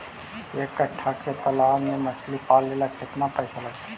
एक कट्ठा के तालाब में मछली पाले ल केतना पैसा लगतै?